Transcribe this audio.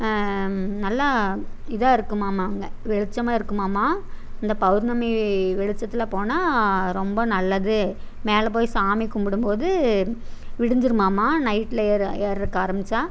நல்லா இதாருக்குமாம்ங்க வெளிச்சமாக இருக்குமாம் இந்த பௌவுர்ணமி வெளிச்சத்தில் போனால் ரொம்ப நல்லது மேலே போய் சாமி கும்பிடும்போது விடிஞ்சிருமாம் நைட்டில் ஏறதுக்கு ஆரம்பித்தா